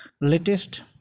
latest